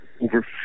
over